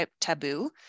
taboo